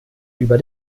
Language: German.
über